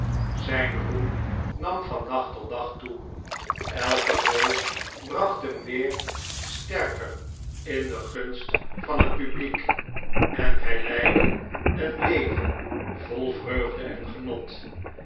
zijn roem nam van dag tot dag toe elke rol bracht hem weer sterker in de gunst van het publiek en hi leidde een leven vol vreugde en genot